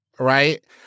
right